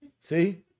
see